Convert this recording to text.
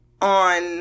on